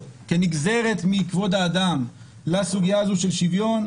כנגזרת מכבוד האדם לסוגיה הזו של שוויון,